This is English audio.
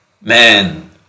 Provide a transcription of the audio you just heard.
Man